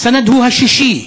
סנד הוא השישי.